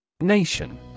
Nation